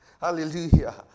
Hallelujah